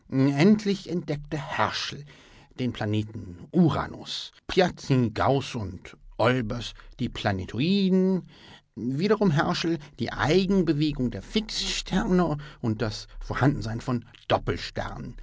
endlich entdeckte herschel den planeten uranus piazzi gauß und olbers die planetoiden wiederum herschel die eigenbewegung der fixsterne und das vorhandensein von